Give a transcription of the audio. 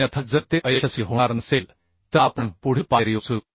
अन्यथा जर ते अयशस्वी होणार नसेल तर आपण पुढील पायरी उचलू